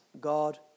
God